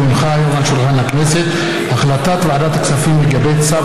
כי הונחה היום על שולחן הכנסת החלטת ועדת הכספים לגבי צו